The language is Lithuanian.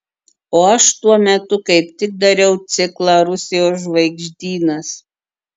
o aš tuo metu kaip tik dariau ciklą rusijos žvaigždynas